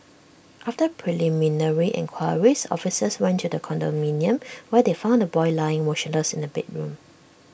after preliminary enquiries officers went to the condominium where they found the boy lying motionless in A bedroom